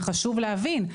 וחשוב להבין,